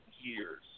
years